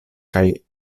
kaj